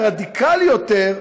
הרדיקלי יותר,